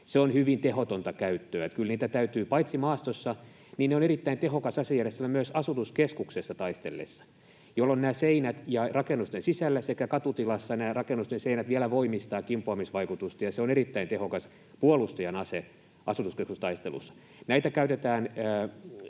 että kyllä niitä täytyy... Paitsi maastossa ne ovat erittäin tehokas asejärjestelmä myös asutuskeskuksesta taistellessa, jolloin seinät rakennusten sisällä sekä katutilassa rakennusten seinät vielä voimistavat kimpoamisvaikutusta, ja se on erittäin tehokas puolustajan ase asutuskeskustaistelussa.